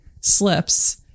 slips